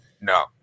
No